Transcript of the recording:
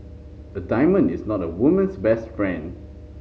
a diamond is not a woman's best friend